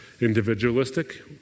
Individualistic